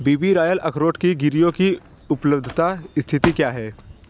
B B royal अखरोट की गिरियों की उपलब्धता स्थिति क्या है